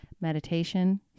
Meditation